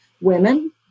women